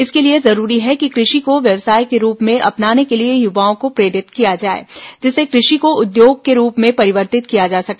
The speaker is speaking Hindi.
इसके लिए जरूरी है कि कृषि को व्यवसाय के रूप में अपनाने के लिए युवाओं को प्रेरित किया जाए जिससे कृषि को उद्योग के रूप में परिवर्तित किया जा सके